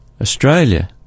Australia